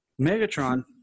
Megatron